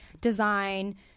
design